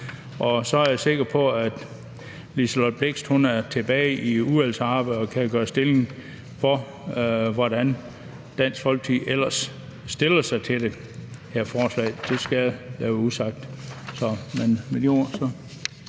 Så er jeg sikker på, at fru Liselott Blixt er tilbage i udvalgsarbejdet og kan gøre rede for, hvordan Dansk Folkeparti ellers stiller sig til det her forslag. Det skal jeg lade være usagt. Med de ord siger